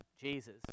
Jesus